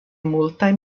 multaj